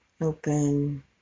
open